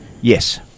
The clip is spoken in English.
Yes